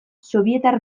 sobietar